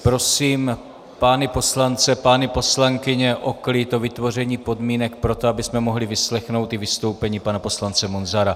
Prosím pány poslance a paní poslankyně o klid, o vytvoření podmínek pro to, abychom mohli vyslechnout i vystoupení pana poslance Munzara.